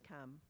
come